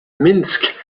minsk